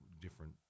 different